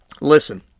Listen